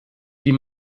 die